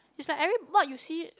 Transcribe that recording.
is like every what you see